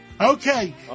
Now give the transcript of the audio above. Okay